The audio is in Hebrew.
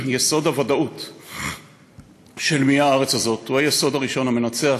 יסוד הוודאות של מי הארץ הזאת הוא היסוד הראשון המנצח,